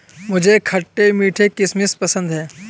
मुझे खट्टे मीठे किशमिश पसंद हैं